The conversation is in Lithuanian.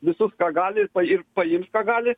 visus ką gali ir paims ką gali